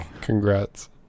Congrats